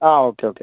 ആ okay okay